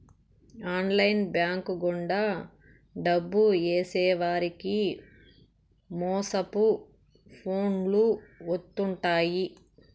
online bank గుండా డబ్బు ఏసేవారికి మోసపు ఫోన్లు వత్తుంటాయి